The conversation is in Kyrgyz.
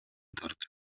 тартып